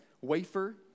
wafer